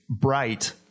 bright –